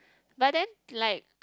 but then like